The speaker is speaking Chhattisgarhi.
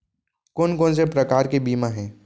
कोन कोन से प्रकार के बीमा हे?